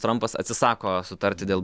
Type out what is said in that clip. trampas atsisako sutarti dėl